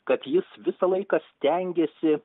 kad jis visą laiką stengėsi